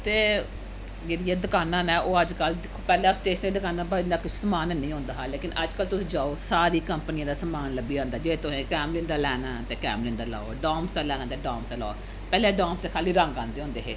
ते जेह्ड़ी एह् दकानां न ओह् अजकल्ल दिक्खो पैह्लें अस स्टेशनरी दी दकाना उप्पर जां किश समान हैन्नी होंदा हा लेकन अजकल्ल तुस जाओ सारियें कंपनियें दा समान लब्भी जंदा जे तुसें कैमलिन दा लैना ते कैमलिन दा लैओ डाम्स दा लैना ते डाम्स दा लैओ पैह्लें डाम्स दे खाल्ली रंग औंदे होंदे है